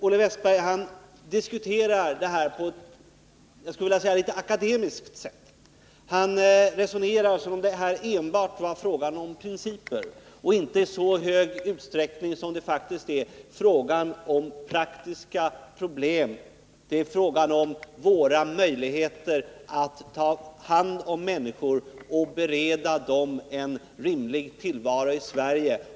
Olle Wästberg diskuterar saken på ett låt mig säga litet akademiskt sätt. Han resonerar som om det enbart var en fråga om principer och inte —i stor utsträckning som det faktiskt är — en fråga om praktiska problem. Det är fråga om våra möjligheter att ta hand om människor och bereda dem en rimlig tillvaro i Sverige.